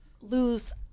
lose